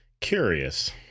Curious